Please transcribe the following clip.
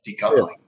decoupling